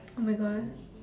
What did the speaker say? oh my god